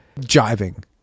jiving